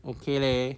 okay leh